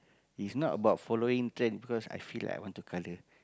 is not about following trend because I feel like I want to colour